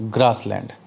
Grassland